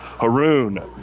Haroon